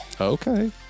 Okay